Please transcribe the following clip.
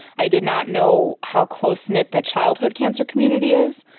i did not know how close-knit the childhood cancer community is,